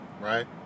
right